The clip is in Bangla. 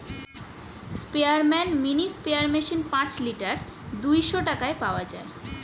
স্পেয়ারম্যান মিনি স্প্রেয়ার মেশিন পাঁচ লিটার দুইশো টাকায় পাওয়া যায়